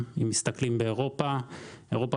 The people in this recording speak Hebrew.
מכיוון שיש קושי לקבוע כללים נוקשים לפעילות בזמן